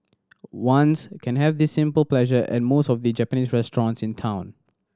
ones can have this simple pleasure at most of the Japanese restaurants in town